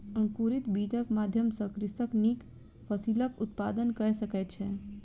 अंकुरित बीजक माध्यम सॅ कृषक नीक फसिलक उत्पादन कय सकै छै